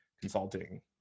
consulting